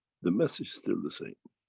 the message's still the same.